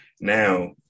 now